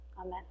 Amen